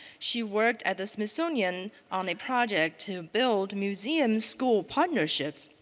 she worked at the smithsonian on a project to build museum school partnerships.